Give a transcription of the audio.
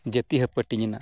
ᱡᱟᱹᱛᱤ ᱦᱟᱯᱟᱴᱤᱧ ᱮᱱᱟ